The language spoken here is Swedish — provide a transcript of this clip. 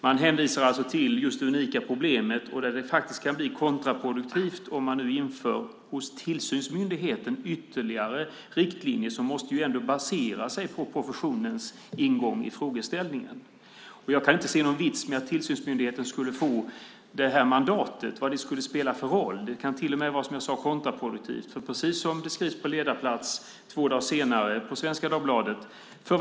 Man hänvisar alltså till det unika problemet och att det faktiskt kan bli kontraproduktivt om man hos tillsynsmyndigheten inför ytterligare riktlinjer. De måste ju baseras på professionens ingång i frågeställningen. Jag kan inte se någon vits med att tillsynsmyndigheten skulle få ett sådant mandat. Det kan som jag sade till och med vara kontraproduktivt, precis som det skrivs på ledarplats i Svenska Dagbladet två dagar senare.